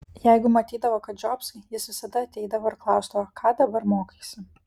jeigu matydavo kad žiopsai jis visada ateidavo ir klausdavo ką dabar mokaisi